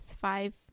five